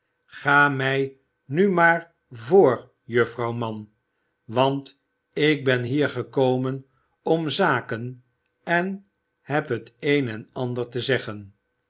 qa mij nu maar voor juffrouw mann want ik ben hier gekomen om zaken en heb het een en ander te zeggen